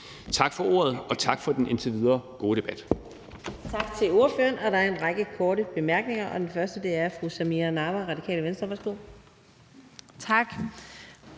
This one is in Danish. Tak for ordet, og tak for den indtil videre gode debat.